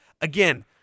again